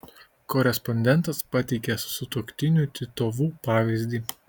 korespondentas pateikia sutuoktinių titovų pavyzdį